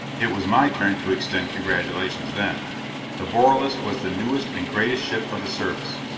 it was my turn to extend congratulations then the borelis was the newest and greatest ship of the service.